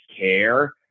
care